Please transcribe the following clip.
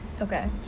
Okay